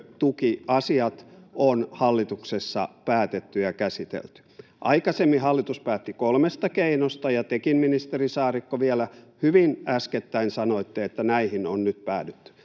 sähkötukiasiat on hallituksessa päätetty ja käsitelty. Aikaisemmin hallitus päätti kolmesta keinosta, ja tekin, ministeri Saarikko, vielä hyvin äskettäin sanoitte, että näihin on nyt päädytty.